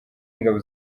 y’ingabo